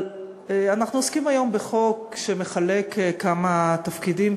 אנחנו עוסקים היום בחוק שמחלק כמה תפקידים,